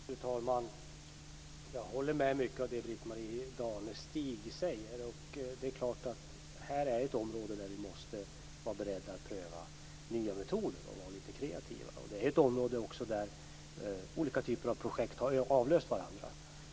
Fru talman! Jag håller med om mycket av det som Britt-Marie Danestig säger. Det här är ett område där vi måste vara beredda att pröva nya metoder och vara lite kreativa. Det är också ett område där olika typer av projekt har avlöst varandra.